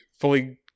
fully